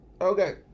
Okay